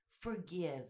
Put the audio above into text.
forgive